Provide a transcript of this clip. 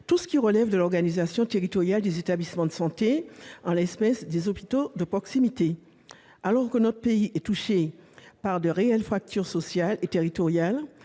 tout ce qui relève de l'organisation territoriale des établissements de santé, en l'espèce des hôpitaux de proximité. Alors que notre pays est touché par de réelles fractures sociales et territoriales,